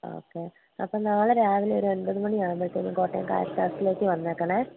okay അപ്പോൾ നാളെ രാവിലെ ഒരു ഒൻപതു മാണി ആകുമ്പോളത്തെന് കോട്ടയം കാരിത്താസിലേക്ക് വന്നേക്കണേ